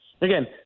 again